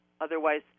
Otherwise